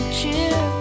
cheer